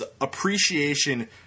appreciation